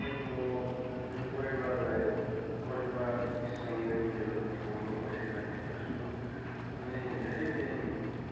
अनि म मेरो परिवारलाई परिवारसँग नै म यहाँ ठाउँमा बसिराखेको छु अनि धेरै दिन